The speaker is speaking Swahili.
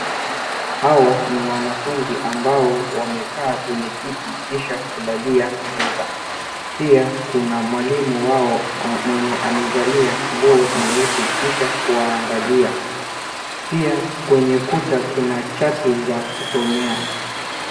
Hawa ni wanafunzi ambao wamekaa kwenye kiti kisha kulalia meza. Pia, kuna mwalimu wao mwenye amevalia nguo nyeusi kisha kuwaangalia. Pia, kwenye kuta kuna chati za kusomea.